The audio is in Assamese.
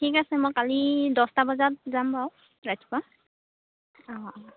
ঠিক আছে মই কালি দহটা বজাত যাম বাৰু ৰাতিপুৱা অঁ অঁ